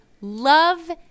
love